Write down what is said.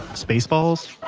spaceballs.